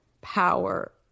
power